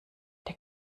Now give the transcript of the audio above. der